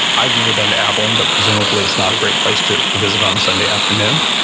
i've never been to abilene, but presumably it's not a great place to to visit on a sunday afternoon.